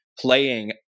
playing